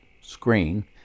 screen